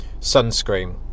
sunscreen